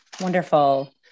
Wonderful